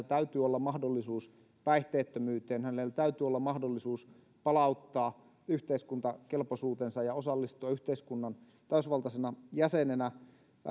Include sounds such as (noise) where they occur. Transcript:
(unintelligible) täytyy olla mahdollisuus päihteettömyyteen hänellä täytyy olla mahdollisuus palauttaa yhteiskuntakelpoisuutensa ja osallistua yhteiskunnan täysvaltaisena jäsenenä